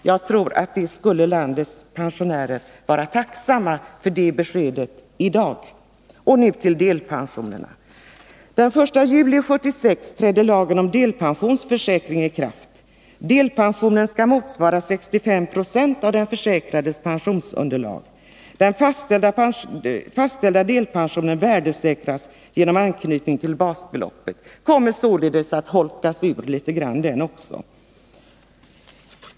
Jag tror att landets pensionärer skulle vara tacksamma för ett besked i dag. Den 1 juli 1976 trädde lagen om delpensionsförsäkring i kraft. Delpensionen skall motsvara 65 26 av den försäkrades pensionsunderlag. Den fastställda delpensionen värdesäkras genom anknytning till basbeloppet. Härigenom kommer således även denna reform att urholkas.